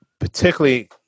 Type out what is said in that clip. particularly